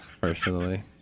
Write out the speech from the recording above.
personally